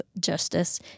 justice